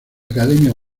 academia